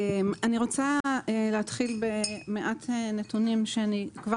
אני רוצה להתחיל במעט נתונים שאני כבר